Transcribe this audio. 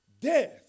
Death